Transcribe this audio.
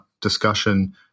discussion